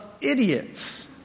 idiots